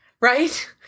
Right